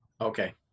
Okay